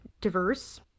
diverse